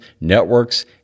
networks